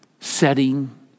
setting